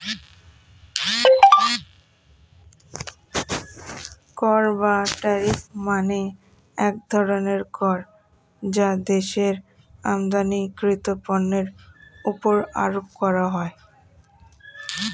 কর বা ট্যারিফ মানে এক ধরনের কর যা দেশের আমদানিকৃত পণ্যের উপর আরোপ করা হয়